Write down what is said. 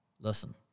listen